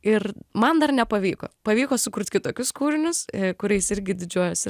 ir man dar nepavyko pavyko sukurt kitokius kūrinius kuriais irgi didžiuojuosi